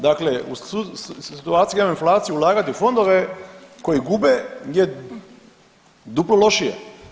Dakle, u situaciji inflacije ulagati u fondove koji gube je duplo lošije.